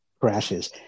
crashes